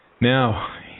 Now